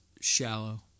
shallow